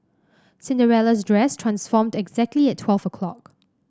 Cinderella's dress transformed exactly at twelve o' clock